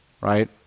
right